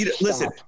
listen